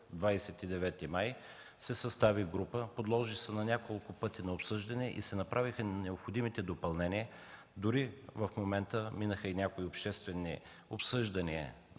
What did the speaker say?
29 май се състави група, законопроектът се подложи няколко пъти на обсъждане и се направиха необходимите допълнения, дори в момента минаха и някои обществени обсъждания